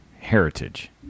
heritage